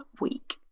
week